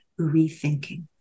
rethinking